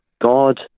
God